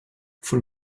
von